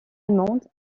allemande